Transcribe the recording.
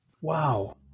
Wow